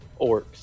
orcs